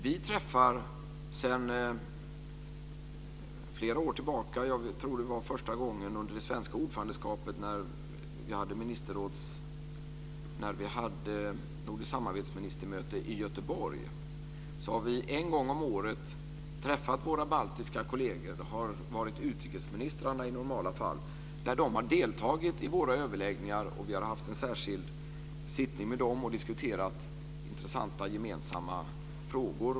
Vi träffar sedan flera år tillbaka - jag tror att det var första gången under det svenska ordförandeskapet när det var nordiskt samarbetsministermöte i Göteborg - en gång om året våra baltiska kolleger. Det har i normala fall varit utrikesministrarna. De har deltagit i våra överläggningar, och vi har haft en särskild sittning med dem och diskuterat intressanta gemensamma frågor.